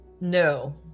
no